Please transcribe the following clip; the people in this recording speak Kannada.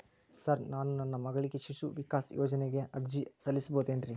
ಸರ್ ನಾನು ನನ್ನ ಮಗಳಿಗೆ ಶಿಶು ವಿಕಾಸ್ ಯೋಜನೆಗೆ ಅರ್ಜಿ ಸಲ್ಲಿಸಬಹುದೇನ್ರಿ?